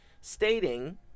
stating